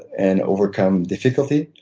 and overcome difficulty.